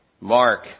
mark